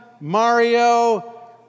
Mario